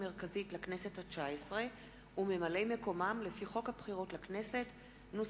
המרכזית לכנסת התשע-עשרה וממלאי-המקום לפי חוק הבחירות לכנסת ,